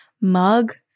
mug